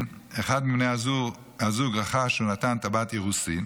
אחד מבני הזוג רכש או נתן טבעת אירוסין,